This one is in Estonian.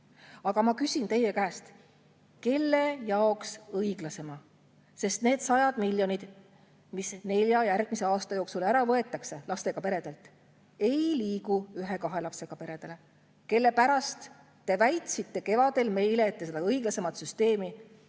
Aga ma küsin teie käest: kelle jaoks õiglasema? Need sajad miljonid, mis nelja järgmise aasta jooksul ära võetakse lastega peredelt, ei liigu ühe-kahe lapsega peredele, kelle pärast te, nagu kevadel meile väitsite, te seda õiglasemat süsteemi